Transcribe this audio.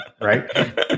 Right